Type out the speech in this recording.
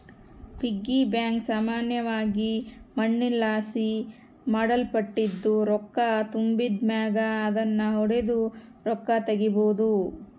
piggy bank ಸಾಮಾನ್ಯವಾಗಿ ಮಣ್ಣಿನಲಾಸಿ ಮಾಡಲ್ಪಟ್ಟಿದ್ದು, ರೊಕ್ಕ ತುಂಬಿದ್ ಮ್ಯಾಗ ಅದುನ್ನು ಒಡುದು ರೊಕ್ಕ ತಗೀಬೋದು